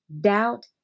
doubt